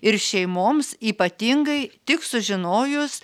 ir šeimoms ypatingai tik sužinojus